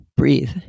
Breathe